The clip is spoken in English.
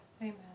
Amen